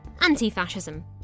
anti-fascism